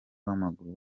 w’amaguru